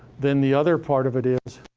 then, the other part of it is.